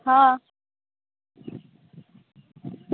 हँ